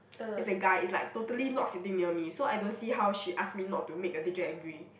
it's a guy is like totally not sitting near me so I don't see how she ask me not to make the teacher angry